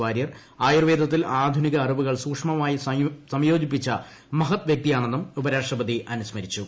വാര്യർ ആയുർവേദത്തിൽ ആധുനിക അറിവുകൾ സൂക്ഷ്മമായി സംയോജിപ്പിച്ച മഹദ് വ്യക്തിയാണെന്നും ഉപരാഷ്ട്രപതി ആസ്റ്റ്സ്മരിച്ചു